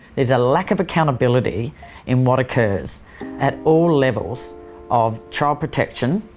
there's a lack of accountability in what occurs at all levels of child protection,